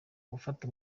gufata